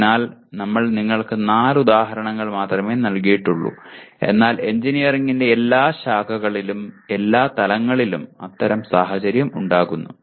അതിനാൽ ഞങ്ങൾ നിങ്ങൾക്ക് നാല് ഉദാഹരണങ്ങൾ മാത്രമേ നൽകിയിട്ടുള്ളൂ എന്നാൽ എഞ്ചിനീയറിംഗിന്റെ എല്ലാ ശാഖകളിലും എല്ലാ തലങ്ങളിലും അത്തരം സാഹചര്യം ഉണ്ടാകുന്നു